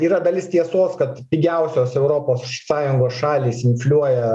yra dalis tiesos kad pigiausios europos sąjungos šalys infliuoja